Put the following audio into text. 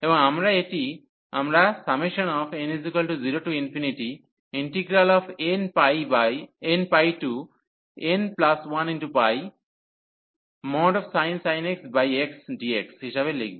এবং আমরা এটি আমরা n0nπn1sin x xdx হিসাবে লিখব